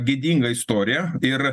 gėdinga istorija ir